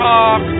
Talk